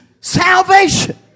salvation